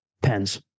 pens